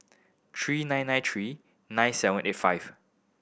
three nine nine three nine seven eight five